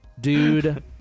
Dude